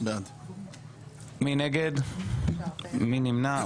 מי נגד, מי נמנע?